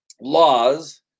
laws